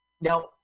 Now